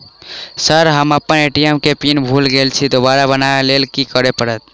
Sir हम अप्पन ATM केँ पिन भूल गेल छी दोबारा बनाबै लेल की करऽ परतै?